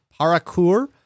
paracour